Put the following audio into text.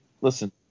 listen